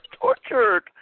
tortured